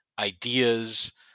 Ideas